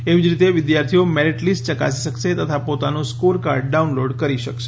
એવી જ રીતે વિધાર્થીઓ મેરીટ લીસ્ટ યકાસી શકાશે તથા પોતાનું સ્કોરકાર્ડ ડાઉનલોડ કરી શકાશે